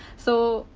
so,